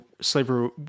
slavery